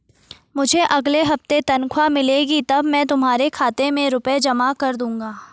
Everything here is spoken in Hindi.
मुझे अगले हफ्ते तनख्वाह मिलेगी तब मैं तुम्हारे खाते में रुपए जमा कर दूंगा